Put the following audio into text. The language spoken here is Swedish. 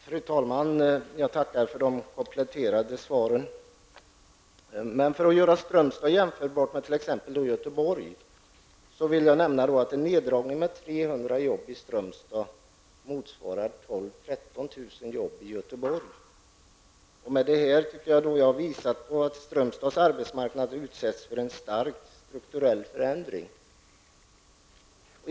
Fru talman! Jag tackar statsrådet för det kompletterande svaret. För att göra Strömstad jämförbart med t.ex. Göteborg vill jag nämna att en neddragning med 300 arbeten i Strömstad motsvarar 12 000--13 000 arbeten i Göteborg. Med det jag tidigare anfört, tycker jag att jag visat att Strömstads arbetsmarknad utsätts för en starkt strukturell förändring.